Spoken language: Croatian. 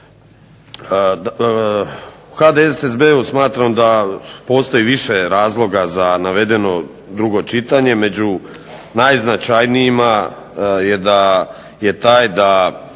U HDSSB-u smatram da postoji više razloga za navedeno drugo čitanje. Među najznačajnijima je taj da